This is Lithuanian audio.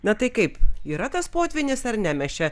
na tai kaip yra tas potvynis ar ne mes čia